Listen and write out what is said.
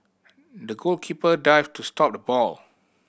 the goalkeeper dived to stop the ball